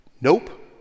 nope